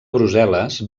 brussel·les